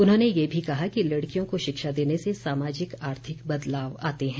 उन्होंने ये भी कहा कि लड़कियों को शिक्षा देने से सामाजिक आर्थिक बदलाव आते हैं